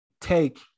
take